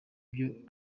byo